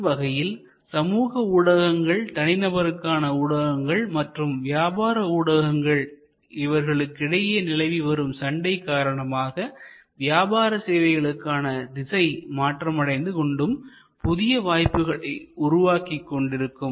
இவ்வகையில் சமூக ஊடகங்கள் தனிநபருக்கான ஊடகங்கள் மற்றும் வியாபார ஊடகங்கள் இவர்களுக்கிடையே நிலவிவரும் சண்டை காரணமாக வியாபார சேவைகளுக்கான திசை மாற்றமடைந்து கொண்டும் புதிய வாய்ப்புகளை உருவாக்கிக் கொண்டிருக்கும்